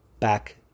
Back